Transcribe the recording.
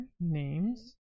names